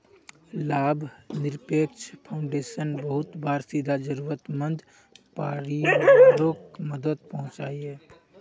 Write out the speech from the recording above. लाभ निरपेक्ष फाउंडेशन बहुते बार सीधा ज़रुरत मंद परिवारोक मदद पहुन्चाहिये